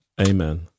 Amen